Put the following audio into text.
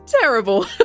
terrible